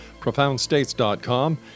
profoundstates.com